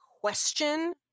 question